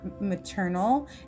maternal